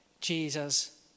Jesus